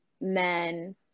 men